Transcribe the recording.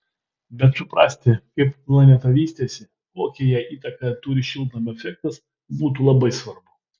bet suprasti kaip planeta vystėsi kokią jai įtaką turi šiltnamio efektas būtų labai svarbu